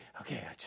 okay